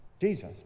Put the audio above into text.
Jesus